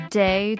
day